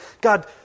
God